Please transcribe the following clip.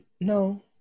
No